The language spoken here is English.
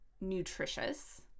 nutritious